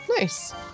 Nice